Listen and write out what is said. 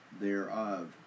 thereof